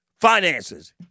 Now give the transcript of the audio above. finances